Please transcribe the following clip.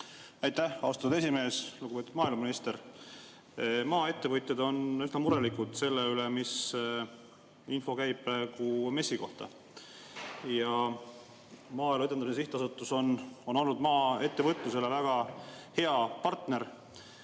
Aitäh, austatud esimees! Lugupeetud maaeluminister! Maaettevõtjad on üsna murelikud selle pärast, mis info liigub MES‑i kohta. Maaelu Edendamise Sihtasutus on olnud maaettevõtlusele väga hea partner.